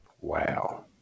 Wow